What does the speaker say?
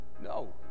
No